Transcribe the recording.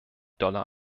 dollar